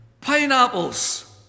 pineapples